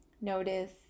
Notice